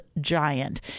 giant